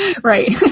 Right